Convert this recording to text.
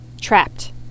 trapped